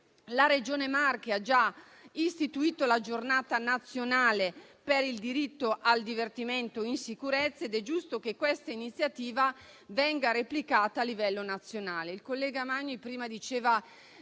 La Regione Marche ha già istituito la Giornata regionale per il diritto al divertimento in sicurezza ed è giusto che questa iniziativa venga replicata a livello nazionale.